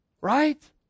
Right